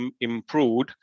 improved